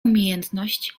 umiejętność